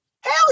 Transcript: hell